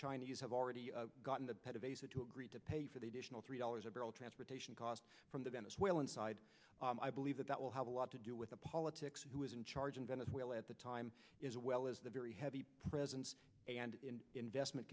chinese have already gotten the head of asia to agree to pay for the additional three dollars a barrel transportation cost from the venezuelan side i believe that that will have a lot to do with the politics of who is in charge in venezuela at the time is well as the very heavy presence and investment